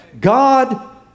God